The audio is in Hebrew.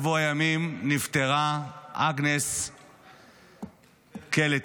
לפני שבוע ימים נפטרה אגנס קלטי.